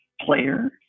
player